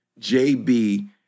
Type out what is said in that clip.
JB